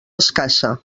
escassa